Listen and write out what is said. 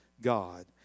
God